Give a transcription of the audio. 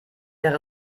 wäre